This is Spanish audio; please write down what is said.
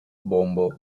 bombo